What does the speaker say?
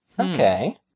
Okay